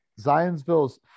zionsville's